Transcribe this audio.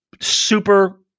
Super